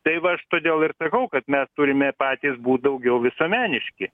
tai va aš todėl ir sakau kad mes turime patys būt daugiau visuomeniški